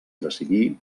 decidir